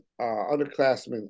underclassmen